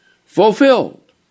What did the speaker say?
Fulfilled